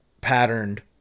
patterned